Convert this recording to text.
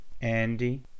Andy